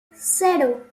cero